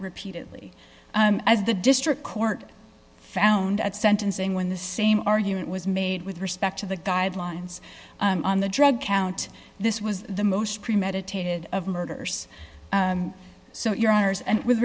repeatedly as the district court found at sentencing when the same argument was made with respect to the guidelines on the drug count this was the most premeditated of murders so your honors and with